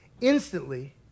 Instantly